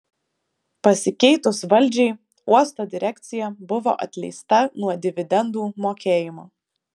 pasikeitus valdžiai uosto direkcija buvo atleista nuo dividendų mokėjimo